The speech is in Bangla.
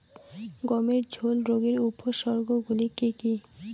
গমের ঝুল রোগের উপসর্গগুলি কী কী?